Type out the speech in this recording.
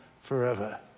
forever